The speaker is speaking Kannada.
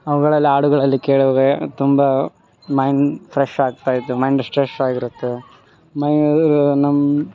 ಅವುಗಳಲ್ ಹಾಡುಗಳಲ್ಲಿ ಕೇಳುವೇ ತುಂಬ ಮೈಂಡ್ ಫ್ರೆಶ್ ಆಗ್ತಾಯಿತ್ತು ಮೈಂಡ್ ಸ್ಟ್ರೆಸ್ಸಾಗಿರುತ್ತೆ ನಮ್ಮ